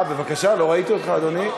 אה, בבקשה, לא ראיתי אותך, אדוני.